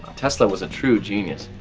tesla was a true genius.